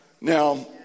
Now